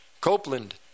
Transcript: Copeland